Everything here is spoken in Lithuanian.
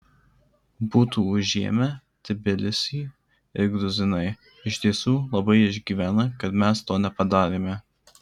būtų užėmę tbilisį ir gruzinai iš tiesų labai išgyvena kad mes to nepadarėme